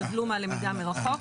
סבלו מהלמידה מרחוק,